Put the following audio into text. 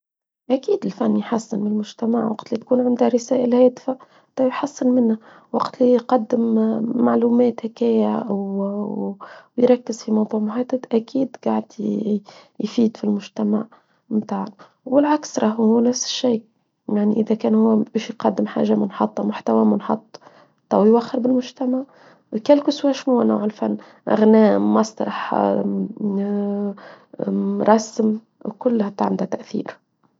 أكيد الفن يحسن من المجتمع وقت اللي تكون عنده رسائل هادفة ده يحسن منه وقت اللي يقدم معلومات هكاية ويركز في موضوع مهدد أكيد قاعد يفيد في المجتمع والعكس ره هو نفس الشيء يعني إذا كان هو بيش يقدم حاجة منحطة محتوى منحط ده يوخر بالمجتمع وكالكس هو شموع نوع الفن أغنام مصرح مرسم وكل هاته عمدة تأثير.